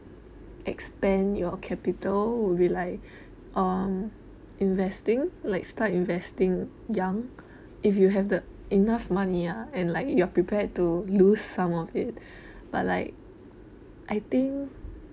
expand your capital will be like um investing like start investing young if you have the enough money ah and like you're prepared to lose some of it but like I think